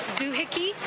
Doohickey